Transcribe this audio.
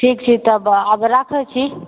ठीक छै तब अब अगर राखै छी